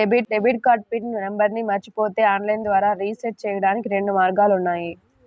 debit card PIN నంబర్ను మరచిపోతే online ద్వారా రీసెట్ చెయ్యడానికి రెండు మార్గాలు ఉన్నాయి